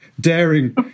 daring